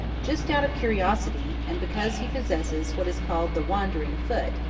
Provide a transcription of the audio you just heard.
just out of curiosity, and because he possesses what is called the wandering foot,